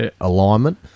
alignment